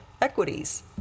equities